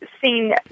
seen